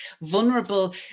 vulnerable